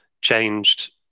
changed